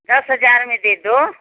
दस हज़ार में दे दो